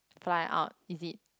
fly out is it